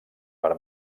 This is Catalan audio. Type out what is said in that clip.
per